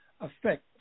affect